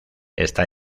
está